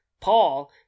paul